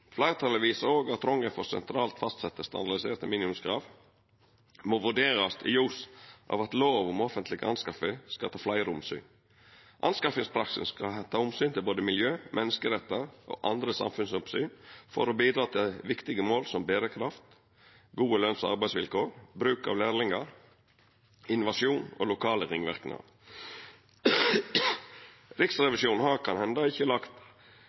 Fleirtalet viser òg at trongen for sentralt fastsette standardiserte minimumskrav må vurderast i ljos av at lov om offentlege anskaffingar skapar fleire omsyn. Anskaffingspraksisen skal ta omsyn til både miljø, menneskerettar og andre samfunnsomsyn for å bidra til viktige mål som berekraft, gode løns- og arbeidsvilkår, bruk av lærlingar, innovasjon og lokale ringverknader. Riksrevisjonen har kan hende ikkje lagt